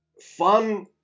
fun